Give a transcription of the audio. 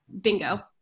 Bingo